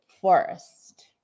Forest